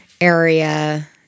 area